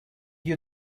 you